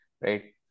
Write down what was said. right